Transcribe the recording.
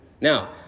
Now